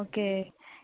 okay